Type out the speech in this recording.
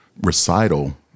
recital